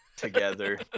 together